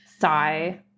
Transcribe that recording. Sigh